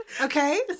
okay